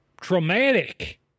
Traumatic